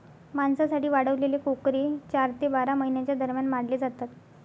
मांसासाठी वाढवलेले कोकरे चार ते बारा महिन्यांच्या दरम्यान मारले जातात